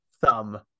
thumb